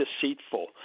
deceitful